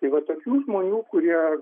tai vat tokių žmonių kurie